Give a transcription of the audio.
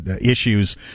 issues